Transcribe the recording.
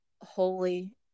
holy